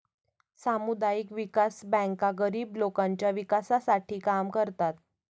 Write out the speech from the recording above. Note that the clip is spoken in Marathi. सामुदायिक विकास बँका गरीब लोकांच्या विकासासाठी काम करतात